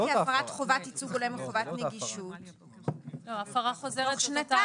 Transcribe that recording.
זה מוגדר כהפרת חובת ייצוג הולם וחובת נגישות תוך שנתיים.